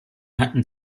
hatten